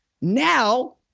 Now